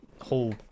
whole